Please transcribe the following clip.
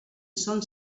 són